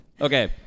Okay